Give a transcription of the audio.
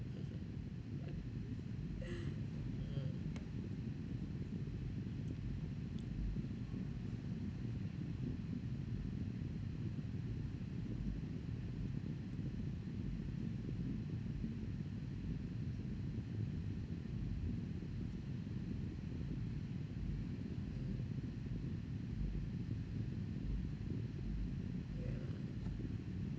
mm yeah